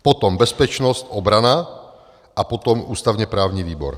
Potom bezpečnost, obrana a potom ústavněprávní výbor.